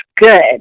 good